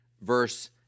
verse